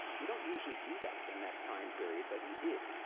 you don't usually do that in that time period, but he did.